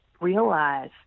realize